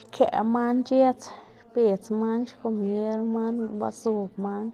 xkëꞌ man c̲h̲edz xbedz man xkomier man ba zob man